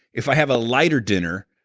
if i have a lighter dinner,